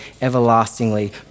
everlastingly